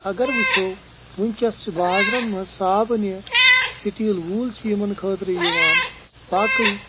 اگر وٕچھو وٕنۍکٮ۪س چھِ بازرَن منٛز صابنہِ سِٹیٖل ووٗل چھِ یِمن خٲطرٕ یِوان باقٕے